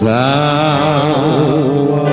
Thou